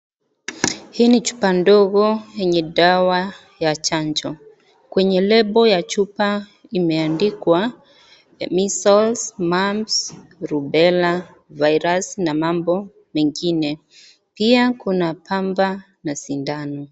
Hii ni chupa ndogo yenye dawa ya chanjo. Kwenye label ya chupa imeandikwa, measles, mumps, rubela, virus na mambo mengine. Pia kuna pamba na sindano.